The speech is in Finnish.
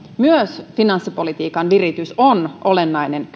myös finanssipolitiikan viritys on olennainen